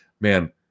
Man